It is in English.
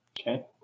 Okay